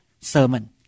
sermon